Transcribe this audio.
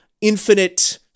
infinite